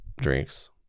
drinks